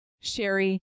Sherry